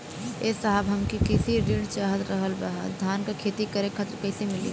ए साहब हमके कृषि ऋण चाहत रहल ह धान क खेती करे खातिर कईसे मीली?